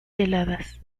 heladas